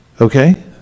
Okay